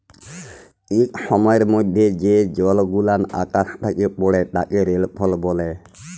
ইক সময়ের মধ্যে যে জলগুলান আকাশ থ্যাকে পড়ে তাকে রেলফল ব্যলে